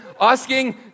asking